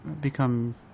become –